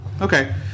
Okay